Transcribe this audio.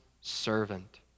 servant